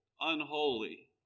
unholy